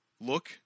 look